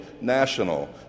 national